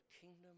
kingdom